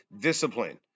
Discipline